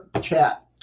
chat